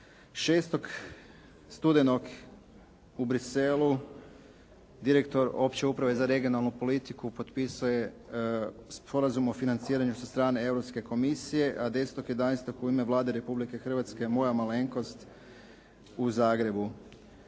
6. studenog u Bruxelles-u direktor opće uprave za regionalnu politiku potpisao je Sporazum o financiranju sa strane Europske komisije, a 10. 11. u ime Vlade Republike Hrvatske moja malenkost u Zagrebu.